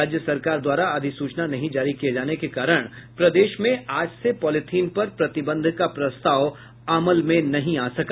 राज्य सरकार द्वारा अधिसूचना नहीं जारी किये जाने के कारण प्रदेश में आज से पॉलिथिन पर प्रतिबंध का प्रस्ताव अमल में नहीं आ सका